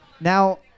Now